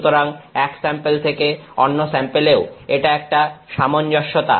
সুতরাং এক স্যাম্পেল থেকে অন্য স্যাম্পেলেও এটা একটা সামঞ্জস্যতা